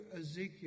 Ezekiel